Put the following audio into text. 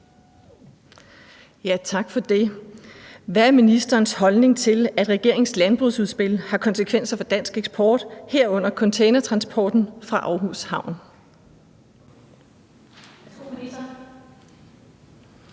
Bank (V): Hvad er ministerens holdning til, at regeringens landbrugsudspil har konsekvenser for dansk eksport, herunder for containertransporten fra Aarhus Havn?